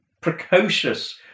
precocious